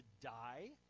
die